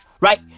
right